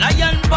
Lion